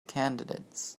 candidates